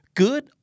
good